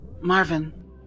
Marvin